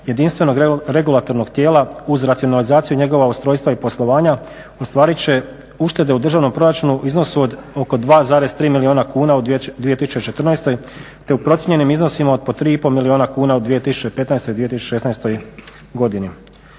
jedinstvenog regulatornog tijela uz racionalizaciju njegova ustrojstva i poslovanja ostvarit će uštede u državnom proračunu u iznosu od oko 2,3 milijuna kuna u 2014., te u procijenjenim iznosima od po tri i pol milijuna kuna u 2015., 2016. godini.